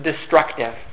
destructive